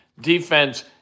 Defense